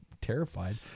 terrified